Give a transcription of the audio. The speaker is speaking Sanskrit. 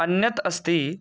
अन्यत् अस्ति